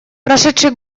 прошедший